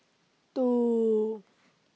two